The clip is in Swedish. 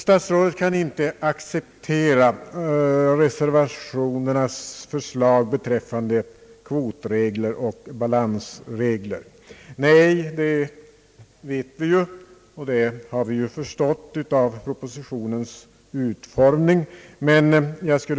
Statsrådet Odhnoff kan inte acceptera reservationernas förslag om kvotoch balansregler. Nej, det vet vi och har förstått av propositionens utformning.